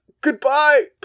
goodbye